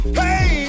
hey